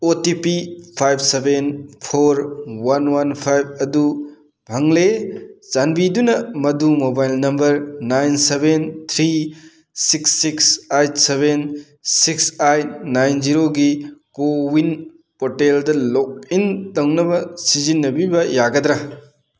ꯑꯣ T P five seven four one one five ꯑꯗꯨ ꯐꯪꯂꯦ ꯆꯥꯟꯕꯤꯗꯨꯅ ꯃꯗꯨ mobile number nine seven three six six eight seven six eight nine ꯖꯤꯔꯣꯒꯤ CoWIN ꯄꯣꯔꯇꯦꯜꯗ ꯂꯣꯛ ꯏꯟ ꯇꯧꯅꯕ ꯁꯤꯖꯤꯟꯅꯕꯤꯕ ꯌꯥꯒꯗ꯭ꯔꯥ